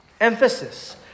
emphasis